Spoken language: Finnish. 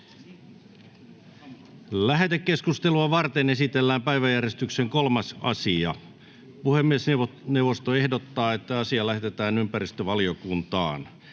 Lähetekeskustelua varten esitellään päiväjärjestyksen 7. asia. Puhemiesneuvosto ehdottaa, että asia lähetetään tarkastusvaliokuntaan.